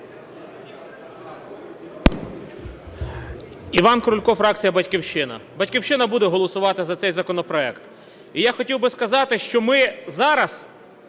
Іван Крулько, фракція "Батьківщина". "Батьківщина" буде голосувати за цей законопроект. І я хотів би сказати, що ми зараз